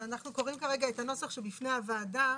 אבל אנחנו קוראים כרגע את הנוסח שבפני הוועדה.